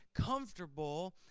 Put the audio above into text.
comfortable